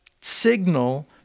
signal